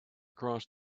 across